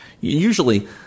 Usually